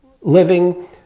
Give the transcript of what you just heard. living